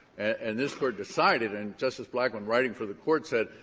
and this court decided, and justice blackman, writing for the court, said,